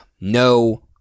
No